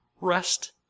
rest